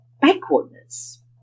backwardness